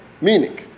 Meaning